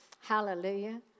hallelujah